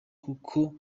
kuko